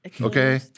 Okay